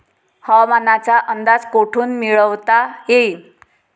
हवामानाचा अंदाज कोठून मिळवता येईन?